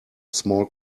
small